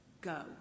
Go